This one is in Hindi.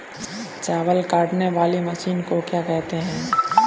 चावल काटने वाली मशीन को क्या कहते हैं?